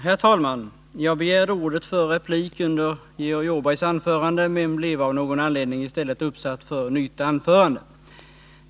Herr talman! Jag begärde under Georg Åbergs anförande ordet för replik, men jag blev av någon anledning i stället uppsatt för nytt anförande.